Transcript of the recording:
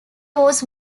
was